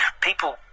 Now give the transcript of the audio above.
people